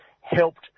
helped